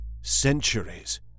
centuries